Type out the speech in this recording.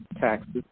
taxes